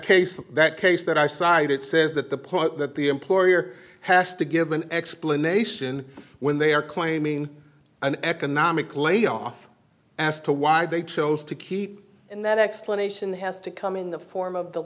case that case that i cited says that the point that the employer has to give an explanation when they are claiming an economic layoff as to why they chose to keep and that explanation has to come in the form of the